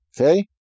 Okay